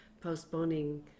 postponing